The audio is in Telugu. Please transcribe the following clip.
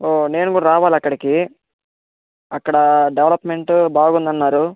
ఓ నేను కూడా రావాలి అక్కడికి అక్కడ డెవలప్మెంటు బాగుందన్నారు